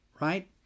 right